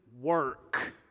work